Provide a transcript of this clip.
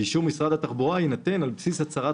ואישור משרד התחבורה יינתן על בסיס הצהרת